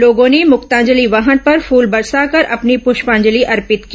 लोगों ने मुक्तांजलि वाहन पर फूल बरसा कर अपनी प्रष्पांजलि अर्पित की